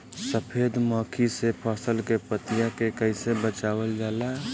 सफेद मक्खी से फसल के पतिया के कइसे बचावल जाला?